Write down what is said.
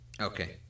Okay